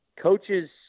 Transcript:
Coaches